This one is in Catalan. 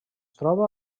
troba